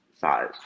size